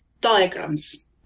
Diagrams